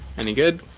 any good?